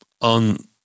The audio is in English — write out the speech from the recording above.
on